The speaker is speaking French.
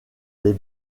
les